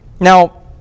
Now